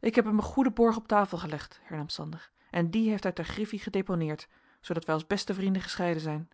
ik heb hem een goeden borg op tafel gelegd hernam sander en die heeft hij ter griffie gedeponeerd zoodat wij als beste vrienden gescheiden zijn